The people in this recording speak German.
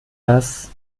das